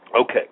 Okay